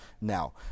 now